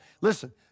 Listen